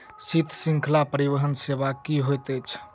शीत श्रृंखला परिवहन सेवा की होइत अछि?